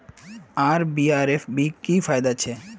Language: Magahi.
आर.डी आर एफ.डी की फ़ायदा छे?